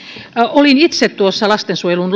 olin itse tuossa lastensuojelun